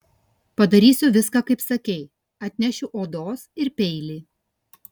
padarysiu viską kaip sakei atnešiu odos ir peilį